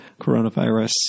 coronavirus